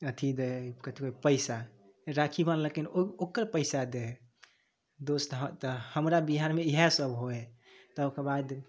अथी दै है कथू है पैसा राखी बान्हलकै ओकर पैसा दै है दोस्त हँ तऽ हमरा बिहारमे ईहए सब होइ है तबके बाद